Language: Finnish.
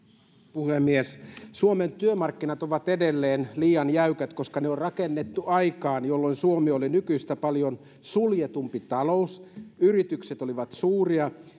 puhemies suomen työmarkkinat ovat edelleen liian jäykät koska ne on rakennettu aikaan jolloin suomi oli nykyistä paljon suljetumpi talous yritykset olivat suuria